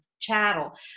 chattel